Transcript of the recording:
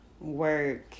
work